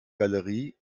galerie